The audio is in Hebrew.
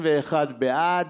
21 בעד.